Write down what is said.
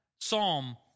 psalm